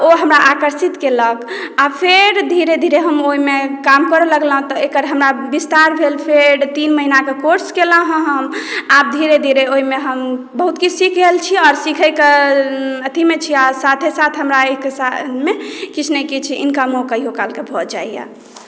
तऽ ओ हमरा आकर्षित केलक आ फेर धीरे धीरे हम ओहिमे काम करय लगलहुँ तऽ एकर हमरा विस्तार भेल फेर तीन महिनाके कोर्स केलहुँ हम आब धीरे धीरे ओहिमे हम बहुत किछु सीख गेल छी आ सिखैक अथीमे छी साथे साथ हमरा एहिके साथमे किछु ने किछु इनकम कहियो कालके भऽ जाइए